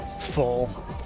full